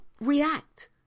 react